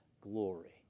glory